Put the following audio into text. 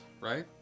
right